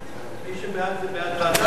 מי שבעד, הוא בעד ועדה?